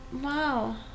Wow